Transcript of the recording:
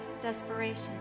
desperation